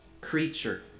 creature